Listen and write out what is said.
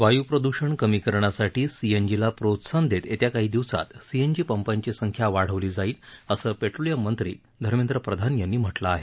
वायू प्रद्षण कमी करण्यासाठी सीएनजीला प्रोत्साहन देत येत्या काही दिवसात सीएनजी पंपांची संख्या वाढवली जाईल असं पेट्रोलियम मंत्री धर्मेद्र प्रधान यांनी म्हटलं आहे